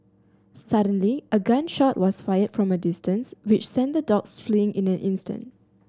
suddenly a gun shot was fired from a distance which sent the dogs fleeing in an instant